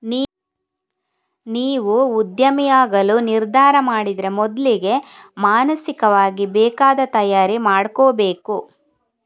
ನೀವು ಉದ್ಯಮಿಯಾಗಲು ನಿರ್ಧಾರ ಮಾಡಿದ್ರೆ ಮೊದ್ಲಿಗೆ ಮಾನಸಿಕವಾಗಿ ಬೇಕಾದ ತಯಾರಿ ಮಾಡ್ಕೋಬೇಕು